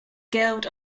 guild